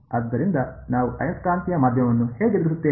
ಆದ್ದರಿಂದ ನಾವು ಆಯಸ್ಕಾಂತೀಯ ಮಾಧ್ಯಮವನ್ನು ಹೇಗೆ ಎದುರಿಸುತ್ತೇವೆ